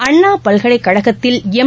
அண்ணாபல்கலைக்கழகத்தில் M